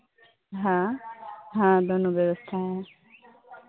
हाँ हाँ दोनों व्यवस्था है